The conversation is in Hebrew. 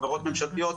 חברות ממשלתיות,